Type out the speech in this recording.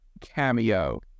cameo